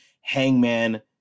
Hangman